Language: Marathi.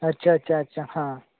अच्छा अच्छा अच्छा हा